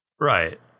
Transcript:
right